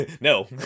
no